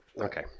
Okay